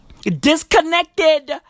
disconnected